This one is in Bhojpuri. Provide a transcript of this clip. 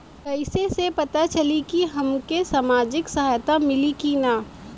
कइसे से पता चली की हमके सामाजिक सहायता मिली की ना?